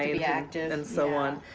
ah yeah and so on.